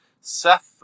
Seth